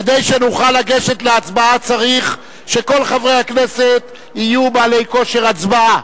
כדי שנוכל לגשת להצבעה צריך שכל חברי הכנסת יהיו בעלי כושר הצבעה.